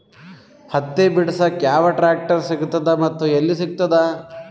ಹತ್ತಿ ಬಿಡಸಕ್ ಯಾವ ಟ್ರಾಕ್ಟರ್ ಸಿಗತದ ಮತ್ತು ಎಲ್ಲಿ ಸಿಗತದ?